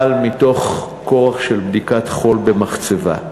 אבל מתוך כורח של בדיקת חול במחצבה,